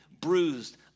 bruised